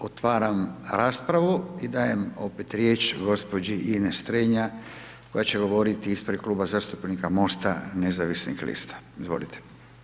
Otvaram raspravu i dajem opet riječ gđi. Ines Strenja koja će govoriti ispred Kluba zastupnika MOST-a nezavisnih lista, izvolite.